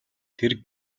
тэр